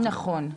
כן נכון,